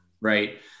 Right